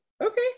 Okay